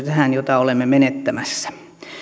tähän jota olemme menettämässä